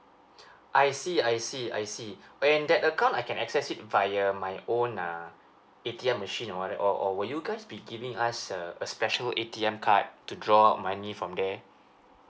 I see I see I see when that account I can access it via my own uh A_T_M machine and all that or or will you guys be giving us a a special A_T_M card to draw out money from there